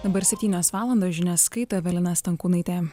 dabar septynios valandos žinias skaito evelina stankūnaitė